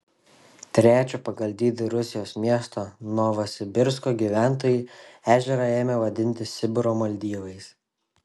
trečio pagal dydį rusijos miesto novosibirsko gyventojai ežerą ėmė vadinti sibiro maldyvais